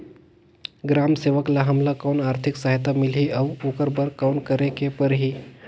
ग्राम सेवक ल हमला कौन आरथिक सहायता मिलही अउ ओकर बर कौन करे के परही?